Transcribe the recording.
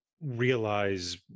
realize